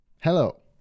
Hello